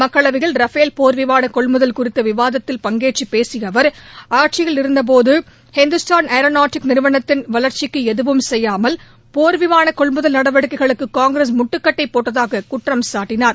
மக்களவையில் ரஃபேல் போர் விமான கொள்முதல் குறித்த விவாதத்தில் பங்கேற்று பேசிய அவர் ஆட்சியில் இருந்தபோது இந்துஸ்தான் ஏரோநாட்டிக் நிறுவனத்தின் வளர்ச்சிக்கு எதுவும் செய்யாமல் போர் விமான கொள்முதல் நடவடிக்கைகளுக்கு காங்கிரஸ் முட்டுக்கட்டை போட்டதாக குற்றம் சாட்டினார்